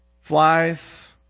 Flies